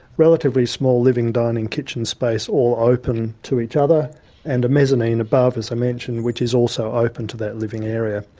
relatively small living-dining-kitchen space all open to each other and mezzanine above, as i mentioned, which is also open to that living area.